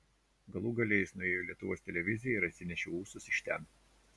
galų gale jis nuėjo į lietuvos televiziją ir atsinešė ūsus iš ten